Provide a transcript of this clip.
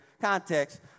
context